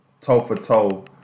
toe-for-toe